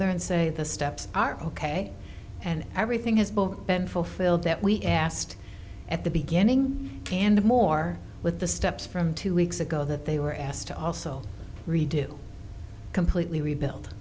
there and say the steps are ok and everything has both been fulfilled that we asked at the beginning can do more with the steps from two weeks ago that they were asked to also redo completely rebuilt